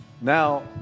now